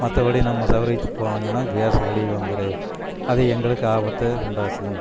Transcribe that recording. மற்றபடி நம்ம சவுரியத்துக்கு போனீங்கன்னால் கேஸு வெளியே வந்துடும் அது எங்களுக்கு ஆபத்தை உண்டாக்கும்